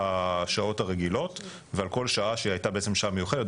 השעות הרגילות ועל כל שעה שהייתה בעצם שעה מיוחדת.